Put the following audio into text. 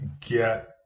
Get